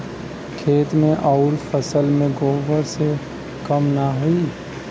खेत मे अउर फसल मे गोबर से कम ना होई?